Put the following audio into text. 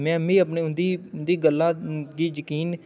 में मी अपनी उं'दी उं'दी गल्लै दी जकीन